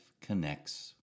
connects